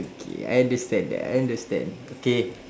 okay I understand that I understand okay